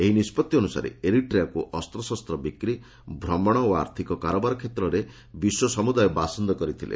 ଏହି ନିଷ୍ପତ୍ତି ଅନୁସାରେ ଏରିଟ୍ରିଆକୁ ଅସ୍ତ୍ରଶସ୍ତ୍ର ବିକ୍ରି ଭ୍ରମଣ ଓ ଆର୍ଥିକ କାରବାର କ୍ଷେତ୍ରରେ ବିଶ୍ୱସମୁଦାୟ ବାସନ୍ଦ କରିଥିଲେ